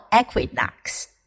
equinox